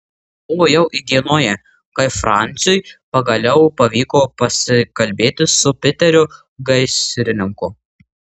buvo jau įdienoję kai franciui pagaliau pavyko pasikalbėti su piteriu gaisrininku